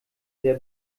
sehr